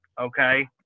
okay